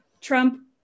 Trump